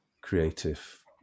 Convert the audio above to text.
creative